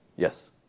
Yes